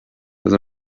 does